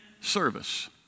service